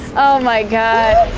my god.